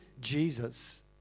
Jesus